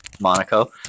Monaco